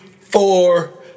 four